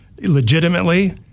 legitimately